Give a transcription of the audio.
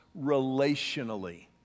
relationally